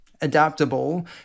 adaptable